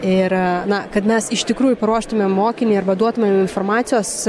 ir na kad mes iš tikrųjų paruoštumėm mokinį arba duotumėm informacijos